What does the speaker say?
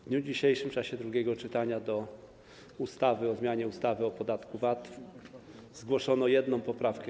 W dniu dzisiejszym w czasie drugiego czytania do ustawy o zmianie ustawy o podatku VAT zgłoszono jedną poprawkę.